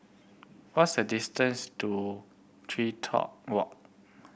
what is the distance to TreeTop Walk